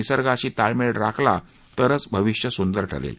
निसर्गाशी ताळमेळ राखला तरच भविष्य सुंदर ठरेल